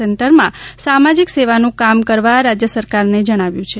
સેન્ટરમાં સામાજીક સેવાનું કામ કરવા રાજય સરકારને જણાવ્યું છે